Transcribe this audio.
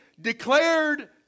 declared